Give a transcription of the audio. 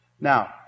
Now